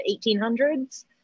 1800s